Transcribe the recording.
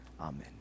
Amen